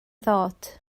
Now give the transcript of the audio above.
ddod